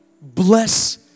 bless